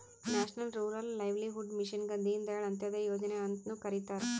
national rural livelihood ಮಿಷನ್ಗ ದೀನ್ ದಯಾಳ್ ಅಂತ್ಯೋದಯ ಯೋಜನೆ ಅಂತ್ನು ಕರಿತಾರ